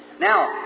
Now